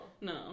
No